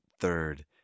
third